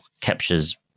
captures